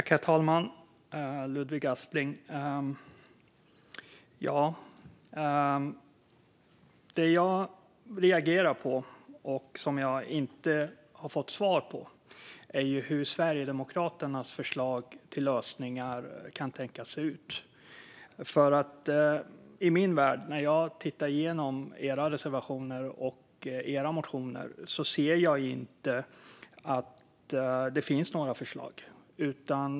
Herr talman! Det jag reagerar på och inte har fått svar på är hur Sverigedemokraternas förslag till lösningar kan tänkas se ut. När jag tittar igenom Sverigedemokraternas reservationer och motioner ser jag inte att det finns några förslag.